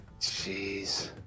Jeez